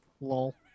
Lol